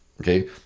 Okay